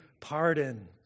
pardon